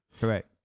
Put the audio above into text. Correct